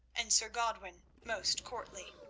and sir godwin most courtly.